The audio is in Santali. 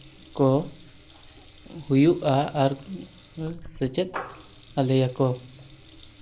ᱠᱚ ᱦᱩᱭᱩᱜᱼᱟ ᱟᱨ ᱥᱮᱪᱮᱫ ᱟᱞᱮᱭᱟᱠᱚ